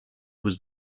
was